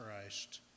Christ